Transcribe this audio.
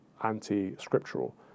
anti-scriptural